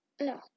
no